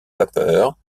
vapeurs